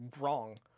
wrong